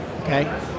okay